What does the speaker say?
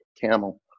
camel